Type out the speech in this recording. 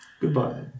Goodbye